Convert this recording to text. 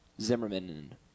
Zimmerman